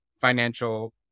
financial